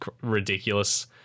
ridiculous